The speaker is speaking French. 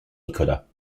nicolas